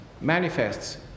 manifests